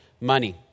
money